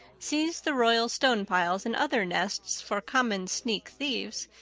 seized the royal stone-piles and other nests for common sneak thieves,